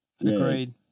Agreed